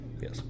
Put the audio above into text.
Yes